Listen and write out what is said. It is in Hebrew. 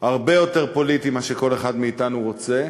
הרבה יותר פוליטי ממה שכל אחד מאתנו רוצה.